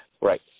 Right